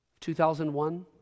2001